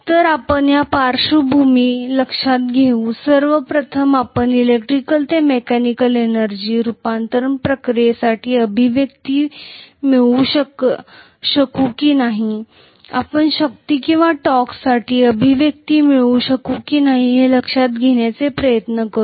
तर आपण या पार्श्वभूमी लक्षात घेऊन सर्वप्रथम आपण इलेक्ट्रिकल ते मेकॅनिकल एनर्जी रूपांतरण प्रक्रियेसाठी अभिव्यक्ती मिळवू शकू की नाही आपण शक्ती किंवा टॉर्कसाठी अभिव्यक्ती मिळवू शकू की नाही हे लक्षात घेण्याचा प्रयत्न करूया